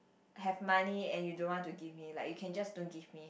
have money and you don't want to give me like you can just don't give me